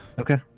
Okay